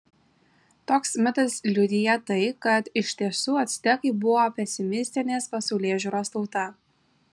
toks mitas liudija tai kad iš tiesų actekai buvo pesimistinės pasaulėžiūros tauta